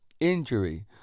injury